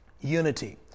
unity